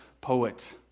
poet